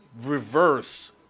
reverse